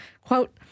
quote